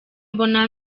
mbona